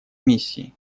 миссии